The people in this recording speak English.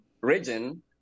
region